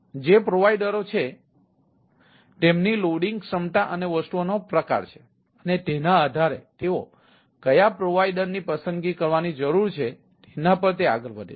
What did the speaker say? જે પ્રોવાઇડરઓ છે તેમની લોડિંગ ક્ષમતા અને વસ્તુઓના પ્રકારો છે અને તેના આધારે તેઓ કયા પ્રોવાઇડરની પસંદગી કરવાની જરૂર છે જેના પર તે આગળ વધે છે